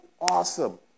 awesome